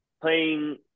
playing